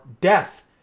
death